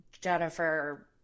Jennifer